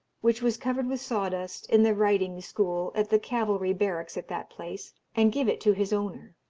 which was covered with sawdust, in the riding-school at the cavalry barracks at that place, and give it to his owner.